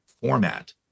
format